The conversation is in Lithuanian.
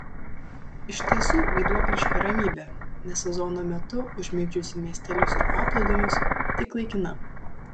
iš tiesų vaiduokliška ramybė ne sezono metu užmigdžiusi miestelius ir paplūdimius tik laikina